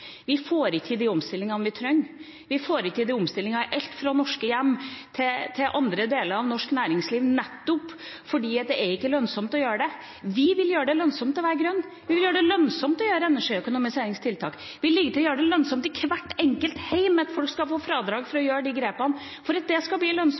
Vi får ikke til de omstillingene vi trenger. Vi får ikke til omstillingene i alt fra norske hjem til deler av norsk næringsliv nettopp fordi det ikke er lønnsomt å gjøre det. Vi vil gjøre det lønnsomt å være grønn. Vi vil gjøre det lønnsomt med energiøkonomiseringstiltak. Vi vil gjøre det lønnsomt i hvert enkelt hjem ved at folk skal få fradrag for å gjøre grepene. For at det skal bli